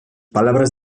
palabras